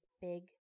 big